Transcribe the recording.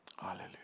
Hallelujah